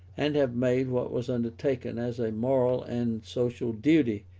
and have made what was undertaken as a moral and social duty,